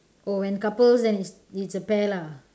oh when couples then it's a pair lah